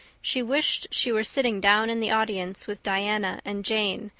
she wished she were sitting down in the audience with diana and jane,